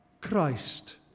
Christ